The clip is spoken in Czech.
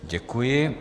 Děkuji.